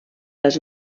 les